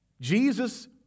Jesus